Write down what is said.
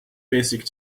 basic